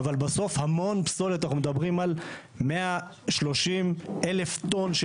אבל בסוף המון פסולת אנחנו מדברים על 130 אלף טון של